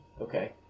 Okay